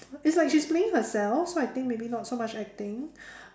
it's like she's playing herself so I think maybe not so much acting